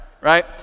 Right